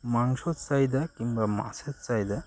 মাংসর চাহিদা কিংবা মাছের চাহিদা